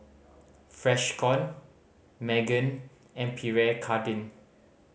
Freshkon Megan and Pierre Cardin